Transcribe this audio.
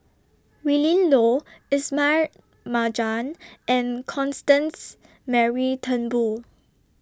Willin Low Ismail Marjan and Constance Mary Turnbull